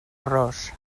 ros